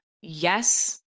yes